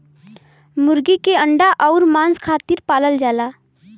मुरगी के अंडा अउर मांस खातिर पालल जाला